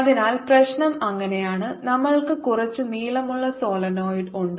അതിനാൽ പ്രശ്നം അങ്ങനെയാണ് നമ്മൾക്ക് കുറച്ച് നീളമുള്ള സോളിനോയിഡ് ഉണ്ട്